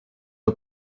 une